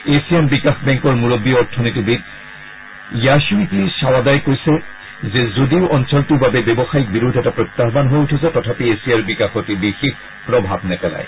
Asian বিকাশ বেংকৰ মূৰববী অথনীতিবিদ য়াছুয়কি চাৱাদাই কয় যে যদিও অঞ্চলটোৰ বাবে ব্যৱসায়িক বিৰোধ এটা প্ৰত্যাহ্বান হৈ উঠিছে তথাপি এছিয়াৰ বিকাশত ই বিশেষ প্ৰভাৱ নেপেলায়